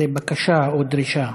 זה בקשה או דרישה.